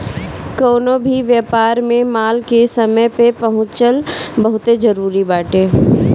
कवनो भी व्यापार में माल के समय पे पहुंचल बहुते जरुरी बाटे